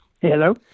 Hello